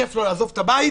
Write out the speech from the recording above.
כיף לו לעזוב את הבית,